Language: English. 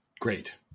great